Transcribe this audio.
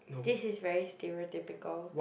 this is very stereotypical